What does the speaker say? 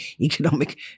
economic